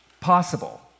possible